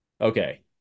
okay